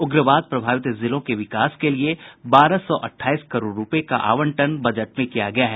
उग्रवाद प्रभावित जिलों के विकास के लिए बारह सौ अठाईस करोड़ रुपये का आवंटन बजट में किया गया है